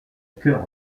cœur